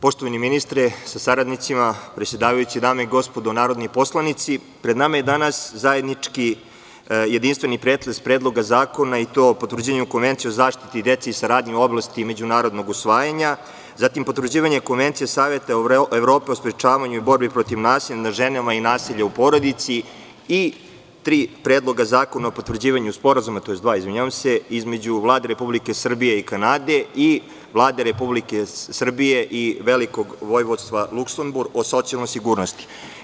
Poštovani ministre sa saradnicima, predsedavajući, dame i gospodo narodni poslanici, pred nama je danas zajednički jedinstveni pretres predloga zakona i to: o potvrđivanju Konvencije o zaštiti dece i saradnji u oblasti međunarodnog usvajanja, zatim, potvrđivanje Konvencije Saveta Evrope o sprečavanju i borbi protiv nasilja nad ženama i nasilja u porodici i dva predloga zakona o potvrđivanju sporazuma, između Vlade Republike Srbije i Kanade i Vlade Republike Srbije i Velikog Vojvodstva Luksemburg o socijalnoj sigurnosti.